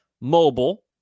mobile